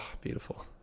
beautiful